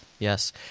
Yes